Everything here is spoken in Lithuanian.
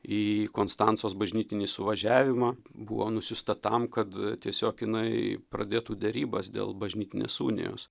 į konstancos bažnytinį suvažiavimą buvo nusiųsta tam kad tiesiog jinai pradėtų derybas dėl bažnytinės unijos